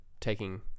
taking